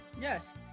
Yes